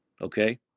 Okay